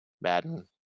Madden